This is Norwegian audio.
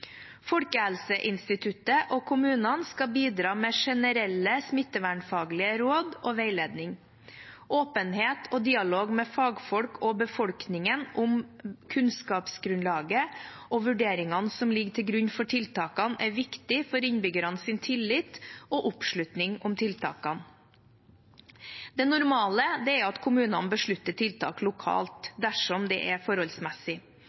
Folkehelseinstituttet og kommunene skal bidra med generelle smittevernfaglige råd og veiledning. Åpenhet og dialog med fagfolk og befolkningen om kunnskapsgrunnlaget og vurderingene som ligger til grunn for tiltakene, er viktig for innbyggernes tillit og oppslutning om tiltakene. Det normale er at kommunene beslutter tiltak lokalt, dersom det er forholdsmessig.